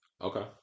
Okay